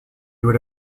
would